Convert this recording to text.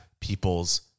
people's